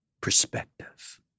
Perspective